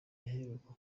yaheruka